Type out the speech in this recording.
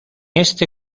este